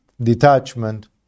detachment